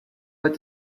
what